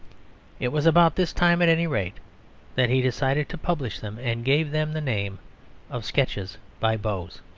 it was about this time at any rate that he decided to publish them, and gave them the name of sketches by boz.